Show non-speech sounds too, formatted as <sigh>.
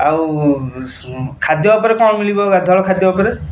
ଆଉ ଖାଦ୍ୟ ଉପରେ କଣ ମିଳିବ <unintelligible> ଖାଦ୍ୟ ଉପରେ